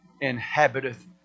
inhabiteth